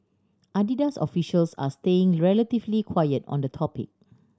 Adidas officials are staying relatively quiet on the topic